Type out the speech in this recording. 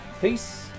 Peace